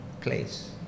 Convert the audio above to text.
place